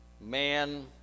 man